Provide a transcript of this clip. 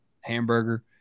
hamburger